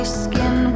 skin